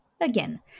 Again